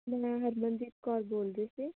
ਮੈਂ ਹਰਮਨਜੀਤ ਕੌਰ ਬੋਲ ਰਹੀ ਸੀ